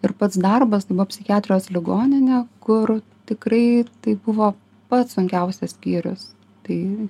ir pats darbas nu buvo psichiatrijos ligoninė kur tikrai tai buvo pats sunkiausias skyrius tai